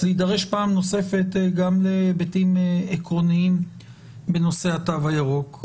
זה יידרש פעם נוספת גם היבטים עקרוניים בנושא התו הירוק.